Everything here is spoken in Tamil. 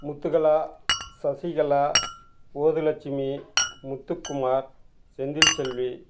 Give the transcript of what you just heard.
முத்துகலா சசிகலா ஓது லட்சுமி முத்துக்குமார் செந்தில் செல்வி